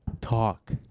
talk